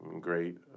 great